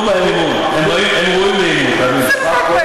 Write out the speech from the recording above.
הם ראויים לאמון, תאמינו לי, הפקידים.